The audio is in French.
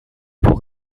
pour